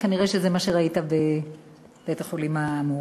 וכנראה זה מה שראית בבית-החולים האמור.